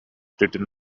written